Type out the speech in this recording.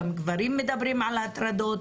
גם גברים מדברים על הטרדות.